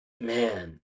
man